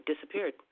disappeared